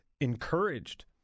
encouraged